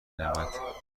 نود